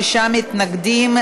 שישה מתנגדים,